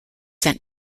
sent